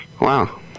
Wow